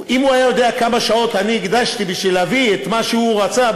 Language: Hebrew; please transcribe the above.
אם הוא היה יודע כמה שעות אני הקדשתי בשביל להביא את מה שהוא רצה,